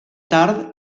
tard